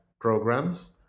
programs